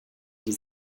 die